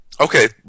Okay